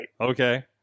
Okay